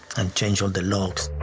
and change all the locks.